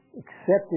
accepted